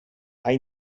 hai